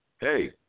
Hey